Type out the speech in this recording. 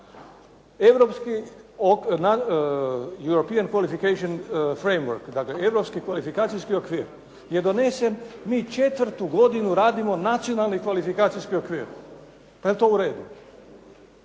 Europski kvalifikacijski okvir je donesen. Mi četvrtu godinu radimo Nacionalni kvalifikacijski okvir. Pa jel to u redu?